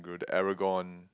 the arrogant